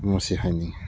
ꯃꯁꯤ ꯍꯥꯏꯅꯤꯡꯉꯤ